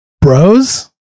Bros